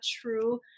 true